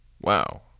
wow